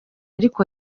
ariko